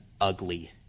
ugly